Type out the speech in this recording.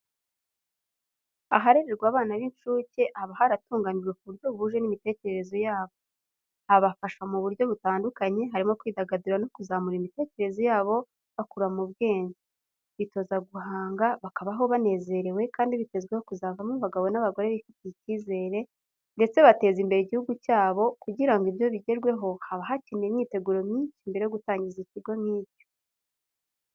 Aharererwa abana b'incuke haba haratunganijwe ku buryo buhuje n'imitekerereze yabo, habafasha mu buryo butandukanye, harimo kwidagadura no kuzamura imitekerereze yabo bakura mu bwenge, bitoza guhanga, bakabaho banezerewe kandi bitezweho kuzavamo abagabo n'abagore bifitiye icyizere, ndetse bateza imbere igihugu cyabo, kugira ngo ibyo bigerweho haba hakenewe imyiteguro myinshi mbere yo gutangiza ikigo nk'icyo.